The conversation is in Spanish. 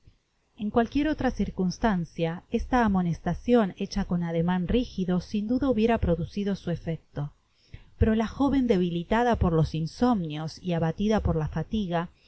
en cualquiera otra circunstancia esta amonestacion hecha con ademan rijido sin duda hubiera producido su efecto pero la joven debilitada por los insomnios y abatida por la fatiga